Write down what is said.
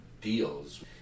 deals